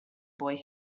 boy